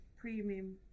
premium